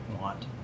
want